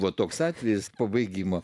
va toks atvejis pabaigimo